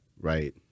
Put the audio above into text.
Right